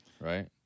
right